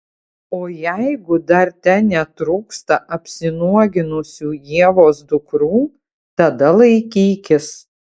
o jeigu dar ten netrūksta apsinuoginusių ievos dukrų tada laikykis